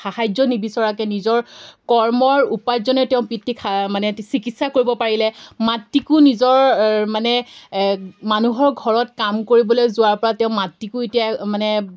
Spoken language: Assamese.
সাহাৰ্য নিবিচৰাকৈ নিজৰ কৰ্মৰ উপাৰ্জনৰে তেওঁৰ পিতৃক সা মানে চিকিৎসা কৰিব পাৰিলে মাতৃকো নিজৰ মানে মানুহৰ ঘৰত কাম কৰিবলৈ যোৱাৰ পৰা তেওঁ মাতৃকো এতিয়া মানে